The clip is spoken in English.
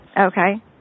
Okay